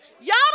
Y'all